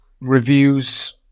reviews